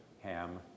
Ham